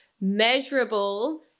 measurable